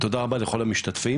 תודה רבה לכל המשתתפים.